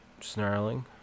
snarling